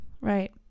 right